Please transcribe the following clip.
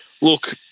look